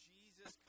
Jesus